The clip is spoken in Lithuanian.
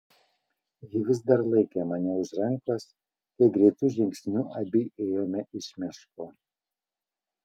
ji vis dar laikė mane už rankos kai greitu žingsniu abi ėjome iš miško